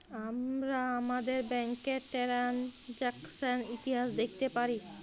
আমরা আমাদের ব্যাংকের টেরানযাকসন ইতিহাস দ্যাখতে পারি